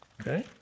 Okay